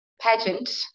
pageant